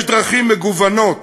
יש דרכים מגוונות,